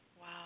Wow